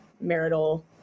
marital